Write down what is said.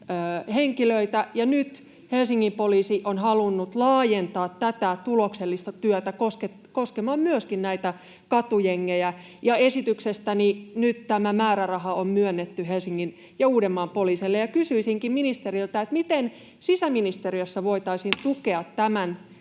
nyt Helsingin poliisi on halunnut laajentaa tätä tuloksellista työtä koskemaan myöskin katujengejä, ja esityksestäni nyt tämä määräraha on myönnetty Helsingin ja Uudenmaan poliiseille. Kysyisinkin ministeriltä: miten sisäministeriössä voitaisiin tukea [Puhemies